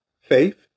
Faith